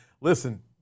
Listen